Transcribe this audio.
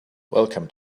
welcome